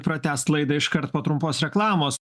pratęst laidą iškart po trumpos reklamos